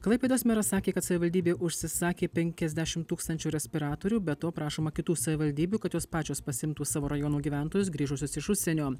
klaipėdos meras sakė kad savivaldybė užsisakė penkiasdešimt tūkstančių respiratorių be to prašoma kitų savivaldybių kad jos pačios pasiimtų savo rajonų gyventojus grįžusius iš užsienio